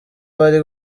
bari